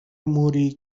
موری